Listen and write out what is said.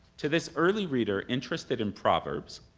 to this early reader, interested in proverbs,